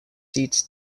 seats